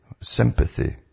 sympathy